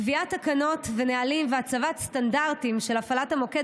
קביעת תקנות ונהלים והצבת סטנדרטים של הפעלת המוקד